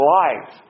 life